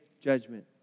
judgment